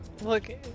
Look